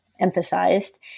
emphasized